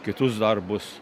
kitus darbus